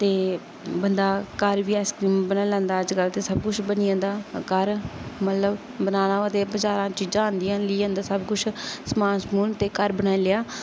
ते बंदा घर बी आइसक्रीम बनाई लेंदा अज्जकल ते सब कुछ बनी जंदा घर मतलब बनाना होऐ ते बजारा चीजां आंदियां लेई आंदा सब कुछ समान समून ते घर बनाई लेआ